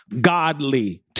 godly